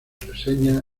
reseñas